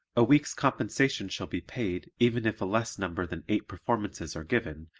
a week's compensation shall be paid even if a less number than eight performances are given,